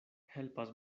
helpas